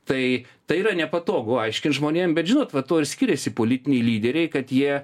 tai tai yra nepatogu aiškint žmonėm bet žinot va to ir skiriasi politiniai lyderiai kad jie